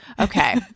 Okay